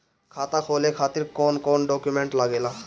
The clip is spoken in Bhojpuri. खाता खोले खातिर कौन कौन डॉक्यूमेंट लागेला?